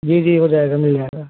जी जी हो जाएगा मिल जाएगा